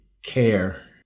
care